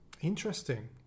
Interesting